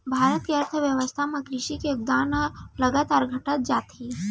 भारत के अर्थबेवस्था म कृसि के योगदान ह लगातार घटत जात हे